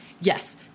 Yes